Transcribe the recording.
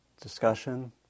discussion